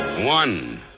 One